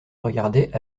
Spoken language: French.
regardaient